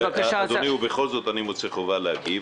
אדוני, ובכל זאת, אני מוצא חובה להגיב.